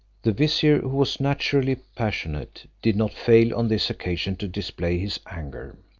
the vizier who was naturally passionate, did not fail on this occasion to display his anger.